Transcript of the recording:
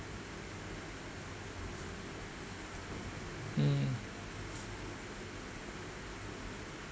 mm